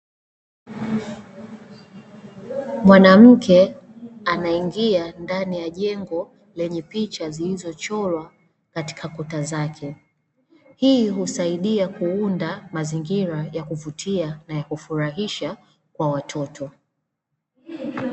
Mwanamke anaingia ndani ya jengo lenye picha zilizochorwa katika kuta zake. Hii husaidia kuunda mazingira ya kuvutia na ya kufurahisha kwa watoto.